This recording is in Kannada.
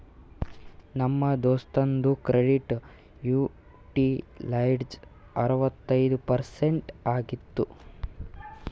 ನಮ್ ದೋಸ್ತುಂದು ಕ್ರೆಡಿಟ್ ಯುಟಿಲೈಜ್ಡ್ ಅರವತ್ತೈಯ್ದ ಪರ್ಸೆಂಟ್ ಆಗಿತ್ತು